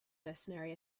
mercenary